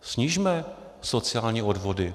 Snižme sociální odvody.